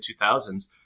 2000s